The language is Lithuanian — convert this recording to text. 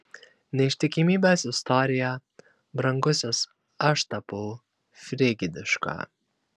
neištikimybės istorija brangusis aš tapau frigidiška